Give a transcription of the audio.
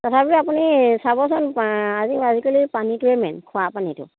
তথাপিও আপুনি চাবচোন আজ আজিকালি পানীটোৱে মেইন খোৱা পানীটো